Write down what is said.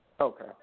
Okay